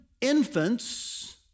infants